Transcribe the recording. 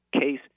case